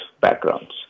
backgrounds